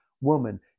woman